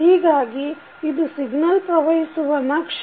ಹೀಗಾಗಿ ಇದು ಸಿಗ್ನಲ್ ಪ್ರವಹಿಸುವ ನಕ್ಷೆ